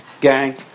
gang